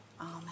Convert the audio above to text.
Amen